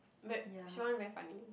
but she want very funny